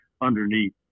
underneath